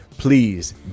Please